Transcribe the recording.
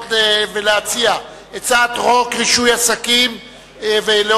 ולהציע את הצעת חוק רישוי עסקים (תיקון,